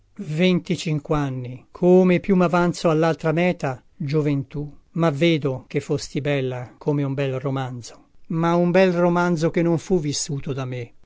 congedo venticinquanni come più mavanzo allaltra meta gioventù mavvedo che fosti bella come un bel romanzo i ma un bel romanzo che non fu vissuto da me